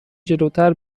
جلوتر